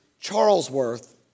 Charlesworth